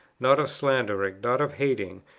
not of slandering, not of hating,